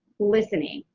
listening.